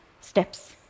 steps